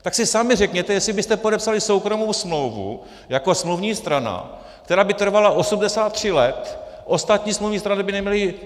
Tak si sami řekněte, jestli byste podepsali soukromou smlouvu jako smluvní strana, která by trvala 83 let, ostatní smluvní strany by neměly...